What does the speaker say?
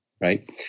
right